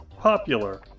popular